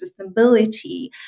sustainability